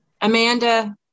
Amanda